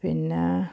പിന്നെ